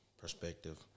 perspective